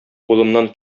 кулымнан